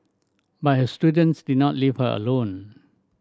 but her students did not leave her alone